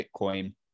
bitcoin